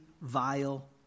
vile